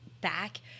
back